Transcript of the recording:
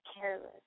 careless